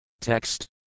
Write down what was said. Text